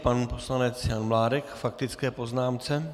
Pan poslanec Jan Mládek k faktické poznámce.